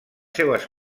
seues